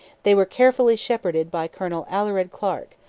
they were carefully shepherded by colonel alured clarke,